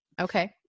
Okay